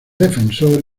defensor